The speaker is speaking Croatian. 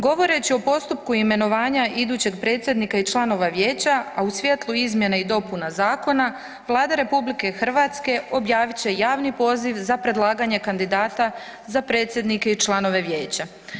Govoreći o postupku imenovanja idućeg predsjednika i članova Vijeća, a u svjetlu izmjena i dopuna Zakona Vlada Republike Hrvatske objavit će javni poziv za predlaganje kandidata za predsjednika i članove Vijeća.